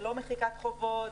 זה לא מחיקת חובות,